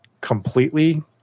completely